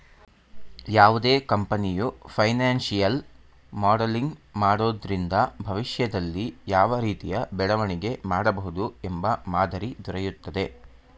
ಯಾವುದೇ ಕಂಪನಿಯು financial modelling ಮಾಡೋದ್ರಿಂದ ಭವಿಷ್ಯದಲ್ಲಿ ಯಾವ ರೀತಿಯ ಬೆಳವಣಿಗೆ ಮಾಡಬಹುದು ಎಂಬ ಮಾದರಿ ದೊರೆಯುತ್ತದೆ